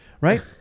Right